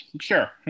Sure